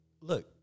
Look